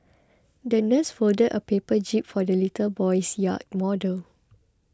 the nurse folded a paper jib for the little boy's yacht model